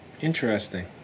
interesting